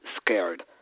scared